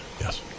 yes